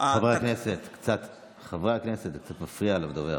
חברי הכנסת, זה קצת מפריע לדובר.